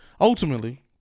ultimately